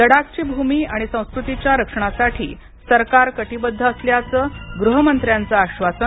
लडाखची भूमी आणि संस्कृतीच्या रक्षणासाठी सरकरा कटीबद्ध असल्याचं गृहमंत्र्यांचं आश्वासन